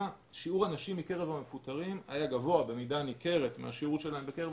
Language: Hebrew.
שיעור הנשים בקרב המפוטרים היה גבוה במידה ניכרת מהשיעור שלהן בקרב